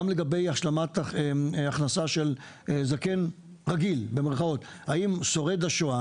גם לגבי השלמת הכנסה של זקן "רגיל" --- אם אצל שורד השואה